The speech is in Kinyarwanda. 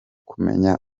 kumenya